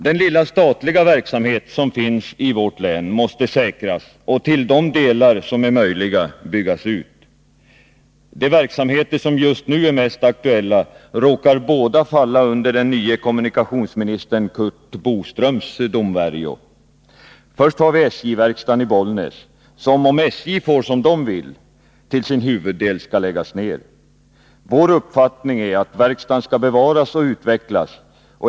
Den lilla statliga verksamhet som finns i länet måste säkras och till de delar som är möjliga byggas ut. De verksamheter som just nu är mest aktuella råkar båda falla under den nye kommunikationsministern Curt Boströms domvärjo. Först SJ-verkstaden i Bollnäs som, om SJ får sin vilja fram, till sin huvuddel skall läggas ned. Vår uppfattning är att verkstaden skall bevaras och utvecklas.